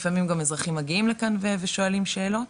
לפעמים גם אזרחים מגיעים לכאן ושואלים שאלות,